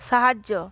সাহায্য